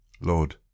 Lord